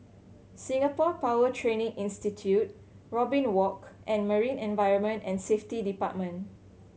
Singapore Power Training Institute Robin Walk and Marine Environment and Safety Department